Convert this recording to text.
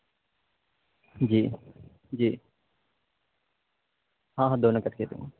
جی جی ہاں ہاں دونوں کر کے دوں گا